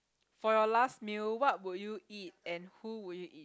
for your last meal what would you eat and who would you eat